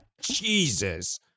Jesus